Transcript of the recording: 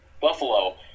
buffalo